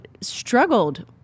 struggled